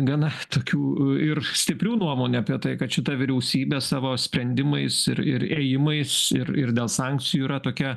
gana tokių ir stiprių nuomonių apie tai kad šita vyriausybė savo sprendimais ir ir įėjimais ir ir dėl sankcijų yra tokia